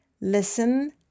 Listen